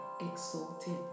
exalted